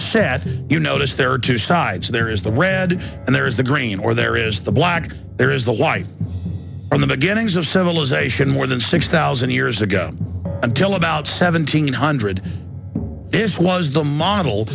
set you notice there are two sides there is the red and there is the green or there is the black there is the white or the beginnings of civilization more than six thousand years ago until about seventeen hundred this was the model